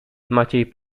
maciej